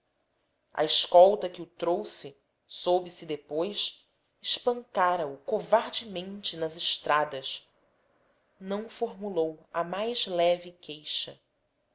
a escolta que o trouxera soube se depois espancara o covardemente nas estradas não formulou a mais leve queixa